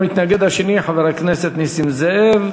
המתנגד השני, חבר הכנסת נסים זאב.